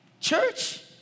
church